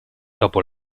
dopo